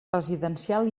residencial